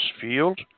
field